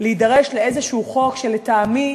להידרש לאיזה חוק שלטעמי